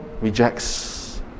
rejects